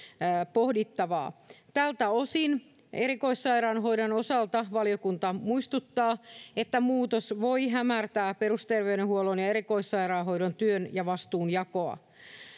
pohdittavaa tältä osin erikoissairaanhoidon osalta valiokunta muistuttaa että muutos voi hämärtää perusterveydenhuollon ja erikoissairaanhoidon työn ja vastuunjakoa